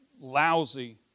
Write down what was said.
lousy